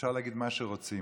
אפשר להגיד מה שרוצים,